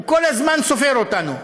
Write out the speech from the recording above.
הוא כל הזמן סופר אותנו.